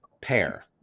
pair